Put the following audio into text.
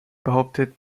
behauptet